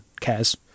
cares